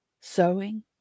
sewing